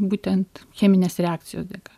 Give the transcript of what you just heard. būtent cheminės reakcijos dėka